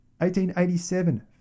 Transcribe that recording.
1887